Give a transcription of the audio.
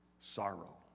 sorrow